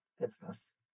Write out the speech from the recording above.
business